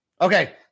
Okay